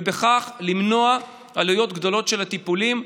ובכך למנוע עלויות גדולות של הטיפולים,